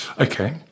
Okay